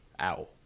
Ow